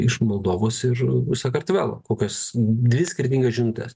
iš moldovos ir sakartvelo kokias dvi skirtingas žinutes